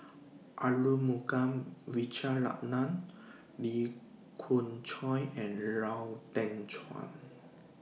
Arumugam Vijiaratnam Lee Khoon Choy and Lau Teng Chuan